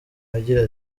agira